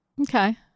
Okay